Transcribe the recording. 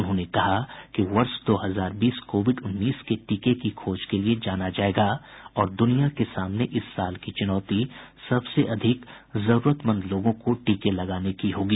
उन्होंने कहा कि वर्ष दो हजार बीस कोविड उन्नीस के टीके की खोज के लिए जाना जायेगा और दुनिया के सामने इस साल की चुनौती सबसे अधिक जरूरतमंद लोगों को टीके लगाने की होगी